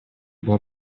было